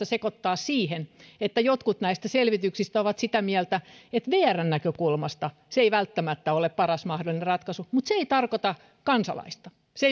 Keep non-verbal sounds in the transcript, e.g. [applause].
[unintelligible] sekoittaa siihen että jotkut näistä selvityksistä ovat sitä mieltä että vrn näkökulmasta se ei välttämättä ole paras mahdollinen ratkaisu mutta se ei tarkoita kansalaista se [unintelligible]